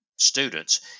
students